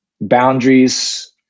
boundaries